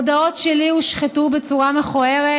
מודעות שלי הושחתו בצורה מכוערת,